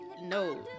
no